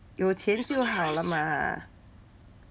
有钱就好了嘛